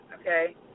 Okay